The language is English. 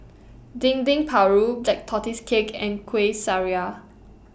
Dendeng Paru Black Tortoise Cake and Kuih